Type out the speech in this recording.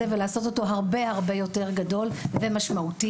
ולעשות אותו הרבה יותר גדול ומשמעותי.